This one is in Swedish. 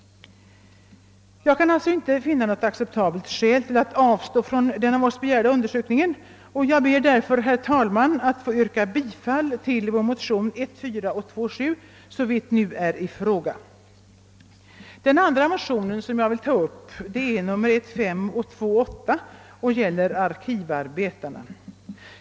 Jag kan alltså inte finna något acceptabelt skäl till att avstå från den av oss begärda undersökningen, och jag ber därför, herr talman, att få yrka bifall till våra motioner I:4 och II: 7 såvitt nu är i fråga. Det andra motionsparet är I:5 och II: 8. Dessa gäller arkivarbetarna.